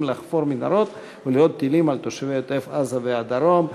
לחפור מנהרות ולירות טילים על תושבי עוטף-עזה והדרום.